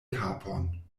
kapon